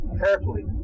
carefully